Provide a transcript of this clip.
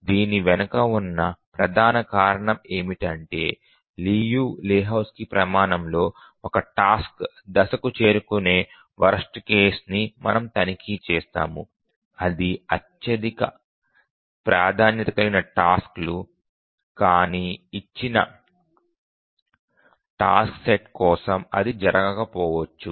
దీని వెనుక ఉన్న ప్రధాన కారణం ఏమిటంటే లియు లెహోజ్కీ ప్రమాణంలో ఒక టాస్క్ దశకు చేరుకునే వరస్ట్ కేసుని మనము తనిఖీ చేస్తాము అది అధిక ప్రాధాన్యత కలిగిన టాస్క్ లు కానీ ఇచ్చిన టాస్క్ సెట్ కోసం అది జరగకపోవచ్చు